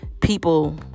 people